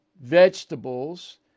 vegetables